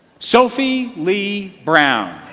sophie lee brown.